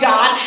God